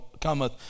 cometh